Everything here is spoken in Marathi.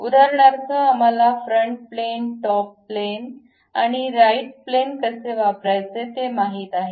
उदाहरणार्थ आम्हाला फ्रंट प्लॅन टॉप प्लॅन आणि राईट प्लॅन कसे वापरायचे ते माहित आहे